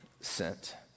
sent